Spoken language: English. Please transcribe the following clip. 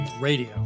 Radio